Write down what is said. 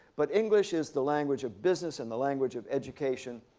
but english is the language of business and the language of education.